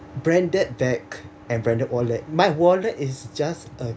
branded bag and branded wallet my wallet is just a